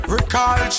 Recall